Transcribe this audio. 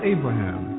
Abraham